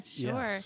Sure